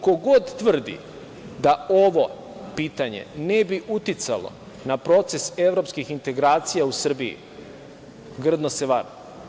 Ko god tvrdi da ovo pitanje ne bi uticalo na proces evropskih integracija u Srbiji, grdno se vara.